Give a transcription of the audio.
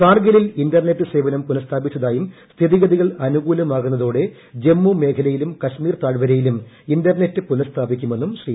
കാർഗിലിൽ internet സേവനം പുനഃസ്ഥാപിച്ചതായും സ്ഥിതിഗതികൾ അനൂകൂലമാകുന്നതോടെ ജമ്മു മേഖലയിലും കശ്മീർ താഴ് വരയിലും ഇന്റർനെറ്റ് പുനഃസ്ഥാപിക്കുമെന്നും ശ്രീ